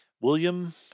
William